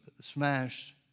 smashed